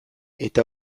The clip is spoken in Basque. eta